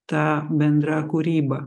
ta bendra kūryba